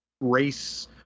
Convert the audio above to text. race